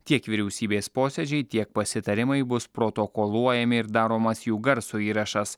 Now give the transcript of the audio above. tiek vyriausybės posėdžiai tiek pasitarimai bus protokoluojami ir daromas jų garso įrašas